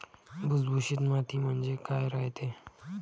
भुसभुशीत माती म्हणजे काय रायते?